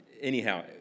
anyhow